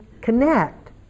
connect